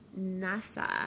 NASA